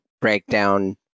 breakdown